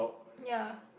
ya